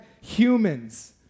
humans